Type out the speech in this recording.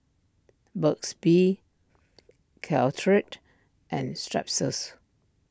Burt's Bee Caltrate and Strepsils